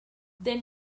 then